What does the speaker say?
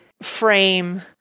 frame